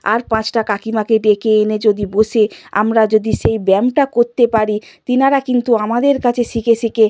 আর পাঁচটা কাকিমাকে ডেকে এনে যদি বসে আমরা যদি সেই ব্যায়ামটা করতে পারি তিনারা কিন্তু আমাদের কাছে শিখে শিখে